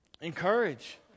Encourage